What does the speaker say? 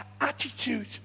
attitude